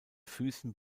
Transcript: füßen